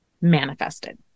manifested